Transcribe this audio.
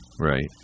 Right